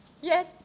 Yes